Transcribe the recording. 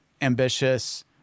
ambitious